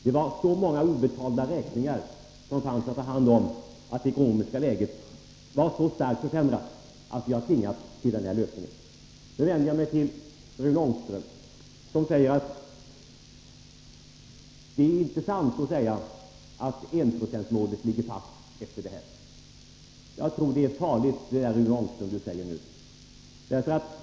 Det var så många obetalda räkningar att ta hand om, och det ekonomiska läget var så starkt försämrat att vi tvingats till den här lösningen. Nu vänder jag mig till Rune Ångström, som säger att det inte är sant att enprocentsmålet efter detta ligger fast. Jag tror att det är farligt att säga som Rune Ångström nu gör.